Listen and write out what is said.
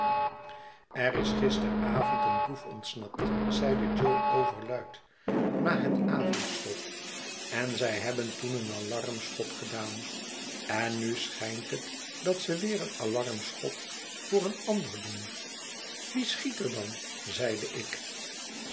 er is gisteravond een boef ontsnapt zeide jo overluid na het avondschot en zij hebben toen een alarmschot gedaan en zm schijnthet dat ze weer een alarmschot voor een ander doen wie schiet er dan zeide ik